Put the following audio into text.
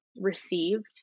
received